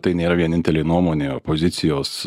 tai nėra vienintelė nuomonė opozicijos